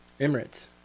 Emirates